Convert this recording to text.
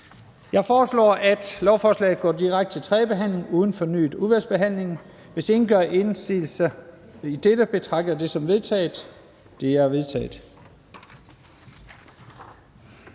Jeg foreslår, at lovforslaget går direkte til tredje behandling uden fornyet udvalgsbehandling. Hvis ingen gør indsigelse, betragter jeg det som vedtaget. Det er vedtaget.